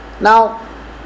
Now